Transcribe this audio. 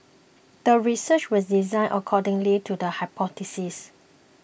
the research was designed according lead to the hypothesis